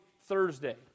Thursday